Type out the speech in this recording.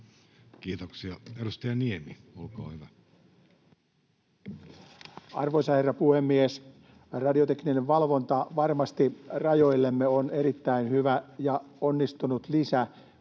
Kiitoksia. — Edustaja Niemi, olkaa hyvä. Arvoisa herra puhemies! Radiotekninen valvonta rajoillamme on varmasti erittäin hyvä ja onnistunut lisä,